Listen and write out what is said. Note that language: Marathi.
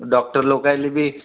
डॉक्टर लोकाला बी